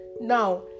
Now